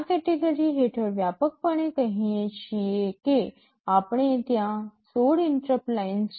આ કેટેગરી હેઠળ વ્યાપકપણે કહીએ છીએ કે આપણે ત્યાં 16 ઇન્ટરપ્ટ લાઇન્સ છે